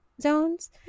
zones